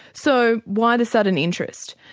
so why the sudden interest?